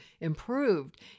improved